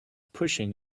pushing